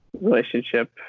relationship